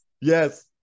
Yes